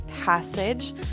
passage